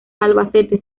albacete